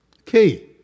Okay